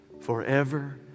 forever